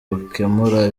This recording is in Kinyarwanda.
gukemura